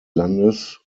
landes